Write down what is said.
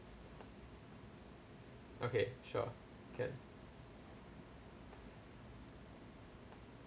okay sure can